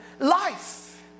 life